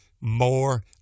more